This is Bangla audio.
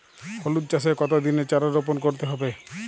হলুদ চাষে কত দিনের চারা রোপন করতে হবে?